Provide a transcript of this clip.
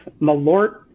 Malort